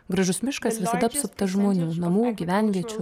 gražus miškas visada apsuptas žmonių namų gyvenviečių